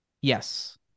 yes